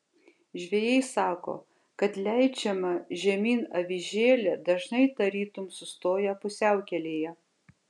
žvejai sako kad leidžiama žemyn avižėlė dažnai tarytum sustoja pusiaukelėje